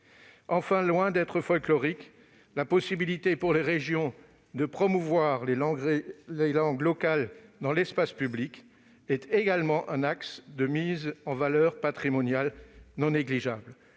Enfin, loin d'être folklorique, la possibilité pour les régions de promouvoir les langues locales dans l'espace public est également un axe de mise en valeur patrimoniale non négligeable.